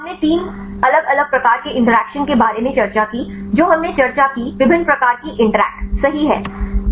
हमने तीन अलग अलग प्रकार के इंटरैक्शन के बारे में चर्चा की जो हमने चर्चा की विभिन्न प्रकार की इंटरैक्ट सही हैं